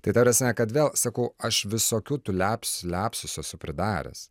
tai ta prasme kad vėl sakau aš visokių tų leps lepsusų esu pridaręs